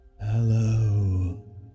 Hello